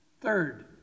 Third